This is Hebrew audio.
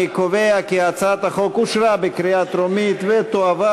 אני קובע כי הצעת החוק אושרה בקריאה טרומית ותועבר